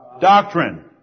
doctrine